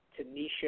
Tanisha